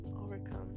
overcome